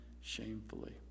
shamefully